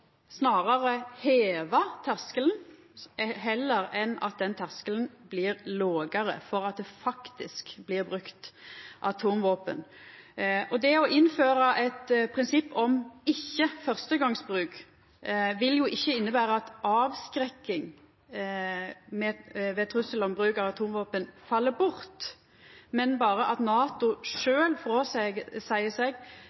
terskelen heller enn at terskelen for at det faktisk blir brukt atomvåpen, blir lågare. Det å innføra eit prinsipp om ikkje-fyrstegongsbruk vil ikkje innebera at avskrekking ved trussel om bruk av atomvåpen fell bort, men berre at NATO